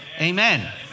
Amen